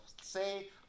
Say